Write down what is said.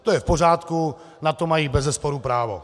To je v pořádku, na to mají bezesporu právo.